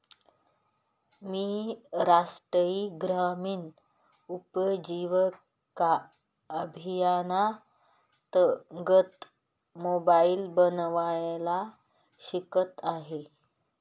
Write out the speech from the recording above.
मी राष्ट्रीय ग्रामीण उपजीविका अभियानांतर्गत मोबाईल बनवायला शिकत आहे